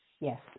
Yes